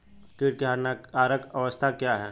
कीट की हानिकारक अवस्था क्या है?